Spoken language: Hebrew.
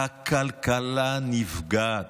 הכלכלה נפגעת,